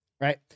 Right